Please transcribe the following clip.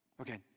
okay